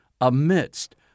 amidst